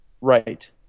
Right